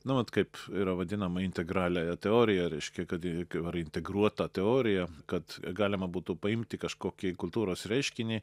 nu vat kaip yra vadinama integraliąją teoriją reiškia kad ir ar integruotą teoriją kad galima būtų paimti kažkokį kultūros reiškinį